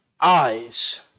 eyes